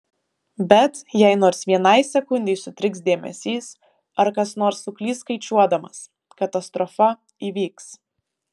bet jei nors vienai sekundei sutriks dėmesys ar kas nors suklys skaičiuodamas katastrofa įvyks